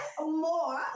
more